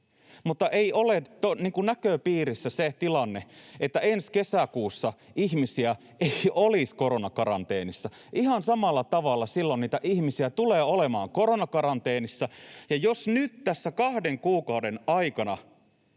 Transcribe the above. Mutta ei ole näköpiirissä se tilanne, että ensi kesäkuussa ihmisiä ei olisi koronakaranteenissa. Ihan samalla tavalla silloin niitä ihmisiä tulee olemaan koronakaranteenissa. Jos nyt tässä kahden kuukauden aikana